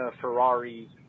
Ferrari